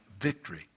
victory